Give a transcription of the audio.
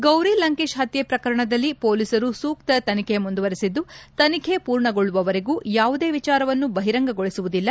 ಗೌರಿಲಂಕೇಶ್ ಹತ್ಕೆ ಪ್ರಕರಣದಲ್ಲಿ ಹೊಲೀಸರು ಸೂಕ್ತ ತನಿಖೆ ಮುಂದುವರೆಸಿದ್ದು ತನಿಖೆ ಪೂರ್ಣಗೊಳ್ಳುವವರೆಗೂ ಯಾವುದೇ ವಿಚಾರವನ್ನು ಬಹಿರಂಗಗೊಳಿಸುವುದಿಲ್ಲ